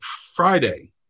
Friday